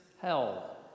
hell